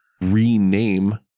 rename